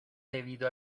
debido